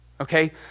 okay